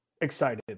excited